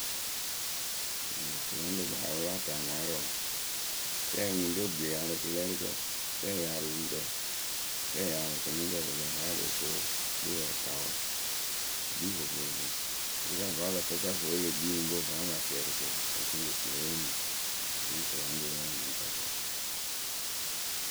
Kɨlaŋrobayǝ pɨ láa taŋ ŋwaarǝ wǝǝ rɛɛ ŋuŋrǝ we yaa rɨ kɨlɛɛrɩkǝ rɛɛ yaa rɨ oŋuŋkǝ. Rɛɛ yaa rɨ kɨnɨŋkǝ pɨ lǝ haa loh ko kpeewǝ tawǝ. Wǝ́ kpii vovovo rɨkɨsa vǝ́ ǝ lǝ fɨ safweye e le kpii rɨ nyuŋkpǝ we vǝ́ a la siɛrɩ ko wǝǝ oturu wɨ le yeemi wǝ ri kɨlaŋroyǝ la kɨtakǝ.